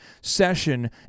session